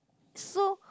so